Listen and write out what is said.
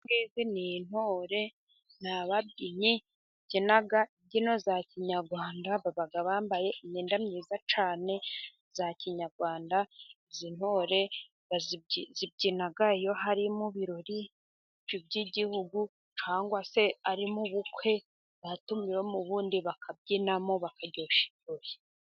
Izi ngizi ni intore, ni ababyinnyi babyina imbyino za kinyarwanda bambaye imyenda myiza cyane ya kinyarwanda. Izi ntore zibyina iyo ari mu birori by'Igihugu cyangwa se ari mu bukwe batumiwemo. Ubundi bakabyina bakaryoshya ibirori.